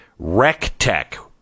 RecTech